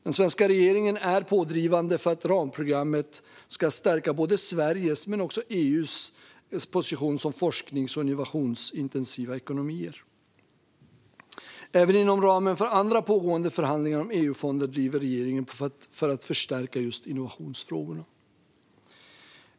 Den svenska regeringen är pådrivande för att ramprogrammet ska stärka både Sveriges och EU:s position som forsknings och innovationsintensiva ekonomier. Även inom ramen för andra pågående förhandlingar om EU-fonder driver regeringen på för att förstärka just innovationsfrågorna.